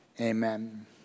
Amen